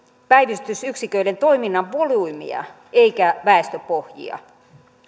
päivystysyksiköiden toiminnan volyymiä eikä väestöpohjia